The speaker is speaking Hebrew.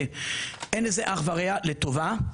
אין לזה אח ורע לטובה,